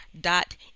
dot